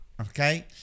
Okay